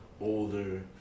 older